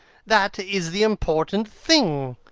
that is the important thing.